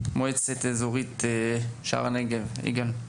מועצה אזורית שער הנגב, יגאל.